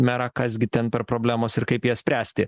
merą kas gi ten per problemos ir kaip jas spręsti